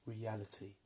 reality